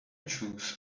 choose